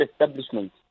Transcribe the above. establishment